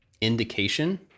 indication